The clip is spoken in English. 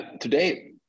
today